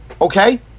Okay